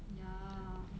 ya